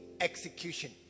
execution